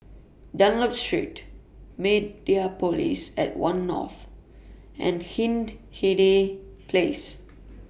Dunlop Street Mediapolis At one North and Hindhede Place